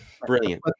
brilliant